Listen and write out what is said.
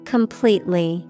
Completely